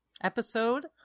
Episode